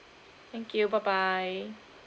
thank you bye bye